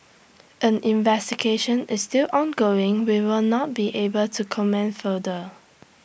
as investigation is still ongoing we will not be able to comment further